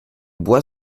boit